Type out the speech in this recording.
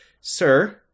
Sir